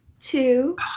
two